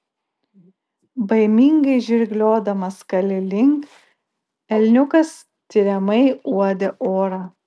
baimingai žirgliodamas kali link elniukas tiriamai uodė orą